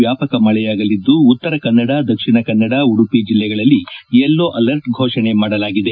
ವ್ಯಾಪಕ ಮಳೆಯಾಗಲಿದ್ದು ಉತ್ತರ ಕನ್ನಡ ದಕ್ಷಿಣ ಕನ್ನಡ ಉಡುಪಿ ಜಿಲ್ಲೆಗಳಲ್ಲಿ ಯೆಲ್ಲೋ ಆಲರ್ಟ್ ಘೋಷಣೆ ಮಾಡಲಾಗಿದೆ